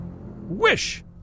Wish